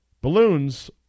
Balloons